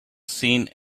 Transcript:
seen